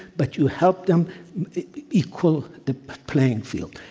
but you help them equal the playing field.